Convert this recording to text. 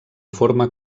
forma